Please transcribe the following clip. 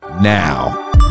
Now